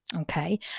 okay